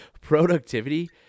productivity